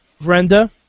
Brenda